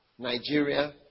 Nigeria